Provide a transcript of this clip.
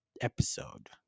episode